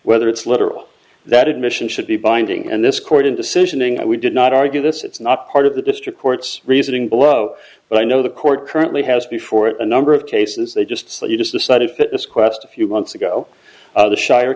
whether it's literal that admission should be binding and this court in decision and we did not argue this it's not part of the district court's reasoning below but i know the court currently has before it a number of cases they just say you just decide if it is quest a few months ago the shy